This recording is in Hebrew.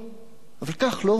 אבל כך לא עושים באמת.